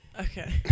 Okay